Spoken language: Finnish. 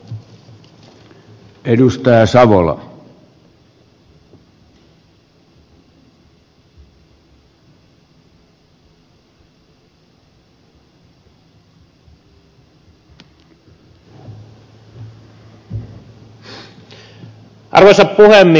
arvoisa puhemies